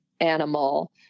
animal